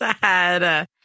sad